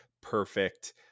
perfect